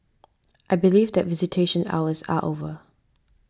I believe that visitation hours are over